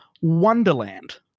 Wonderland